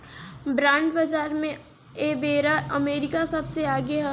bond बाजार में एबेरा अमेरिका सबसे आगे हवे